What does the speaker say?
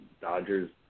Dodgers